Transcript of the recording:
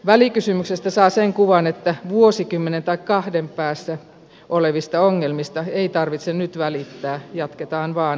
välikysymyksestä saa sen kuvan että vuosikymmenen tai kahden päässä olevista ongelmista ei tarvitse nyt välittää jatketaan vain nykymenolla